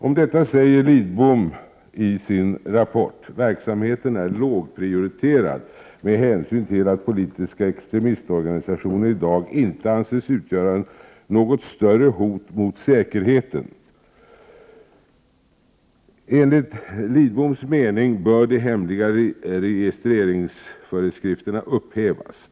Om detta säger Lidbom i sin rapport: ”Verksamheten är lågprioriterad med hänsyn till att politiska extremistorganisationer i dag inte anses utgöra något större hot mot säkerheten. ——— Enligt min mening bör de hemliga registreringsföreskrifterna upphävas.